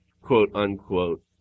quote-unquote